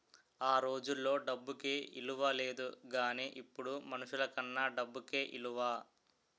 ఆ రోజుల్లో డబ్బుకి ఇలువ లేదు గానీ ఇప్పుడు మనుషులకన్నా డబ్బుకే ఇలువ